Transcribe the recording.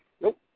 Nope